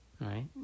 right